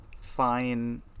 fine